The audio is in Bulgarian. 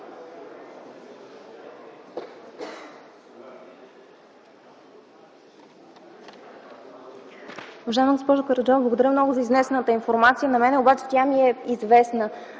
благодаря много за изнесената информация. На мен обаче тя ми е известна.